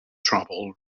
travel